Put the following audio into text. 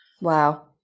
Wow